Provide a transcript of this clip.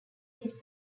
his